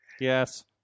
Yes